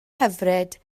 hyfryd